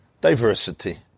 diversity